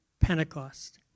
Pentecost